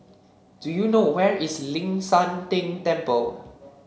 do you know where is Ling San Teng Temple